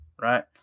Right